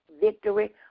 victory